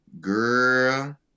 Girl